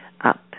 up